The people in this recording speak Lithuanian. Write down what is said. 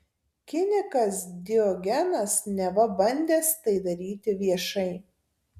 kinikas diogenas neva bandęs tai daryti viešai